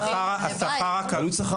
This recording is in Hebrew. עלות שכר?